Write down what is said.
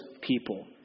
people